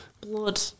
blood